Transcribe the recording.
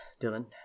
dylan